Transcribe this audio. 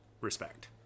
respect